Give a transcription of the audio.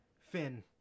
Finn